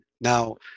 Now